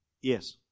Yes